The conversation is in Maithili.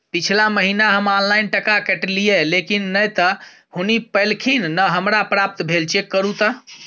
पिछला महीना हम ऑनलाइन टका कटैलिये लेकिन नय त हुनी पैलखिन न हमरा प्राप्त भेल, चेक करू त?